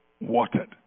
watered